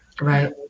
Right